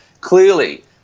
clearly